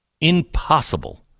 impossible